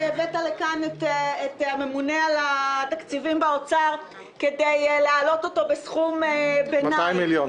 הבאת לכאן את הממונה על התקציבים באוצר כדי להעלות אותו בסכום ביניים,